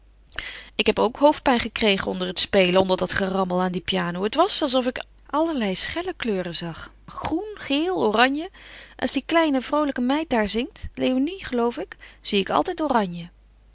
ik heb ook hoofdpijn gekregen onder het spelen onder dat gerammel aan die piano het was alsof ik er allerlei schelle kleuren zag groen geel oranje als die kleine vroolijke meid daar zingt léonie geloof ik zie ik altijd oranje